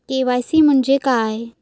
KYC म्हणजे काय?